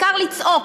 העיקר לצעוק.